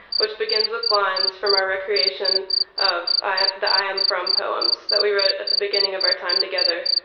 which begins with lines from our recreation of the i am from poems that we wrote at the beginning of our time together.